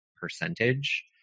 percentage